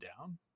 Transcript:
down